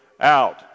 out